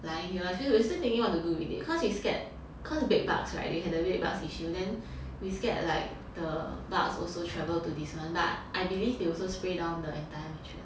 lying here I feel we still thinking what to do with it cause we scared cause bed bugs [right] they have the bed bugs issue then we scared like the bugs also travel to this one but I believe they also spray down the entire mattress